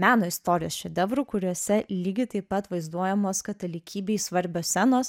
meno istorijos šedevrų kuriuose lygiai taip pat vaizduojamos katalikybei svarbios scenos